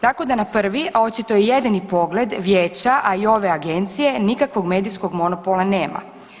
Tako da na prvi, a očito i jedini pogled vijeća, a i ove agencije nikakvog medijskog monopola nema.